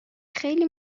خیلی